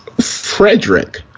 Frederick